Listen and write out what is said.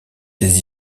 ses